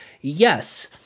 yes –